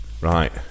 Right